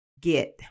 get